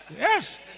Yes